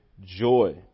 joy